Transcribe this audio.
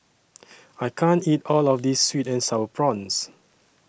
I can't eat All of This Sweet and Sour Prawns